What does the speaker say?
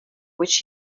which